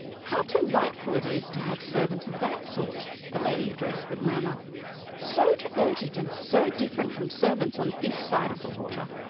how delightful it is to have servants of that sort, the lady addressed would murmur so devoted and so different from servants on this side of the water.